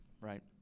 right